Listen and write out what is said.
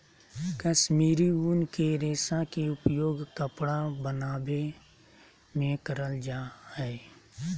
कश्मीरी उन के रेशा के उपयोग कपड़ा बनावे मे करल जा हय